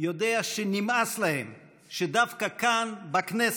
יודע שנמאס להם שדווקא כאן, בכנסת,